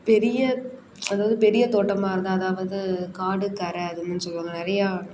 பெரிய அதாவது பெரிய தோட்டமாக இருந்தால் அதாவது காடுக்கரை அது மாதிரி சொல்லுவாங்கள நிறையா